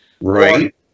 right